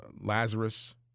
Lazarus